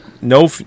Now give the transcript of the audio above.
No